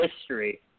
history